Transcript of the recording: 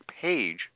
page